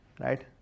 right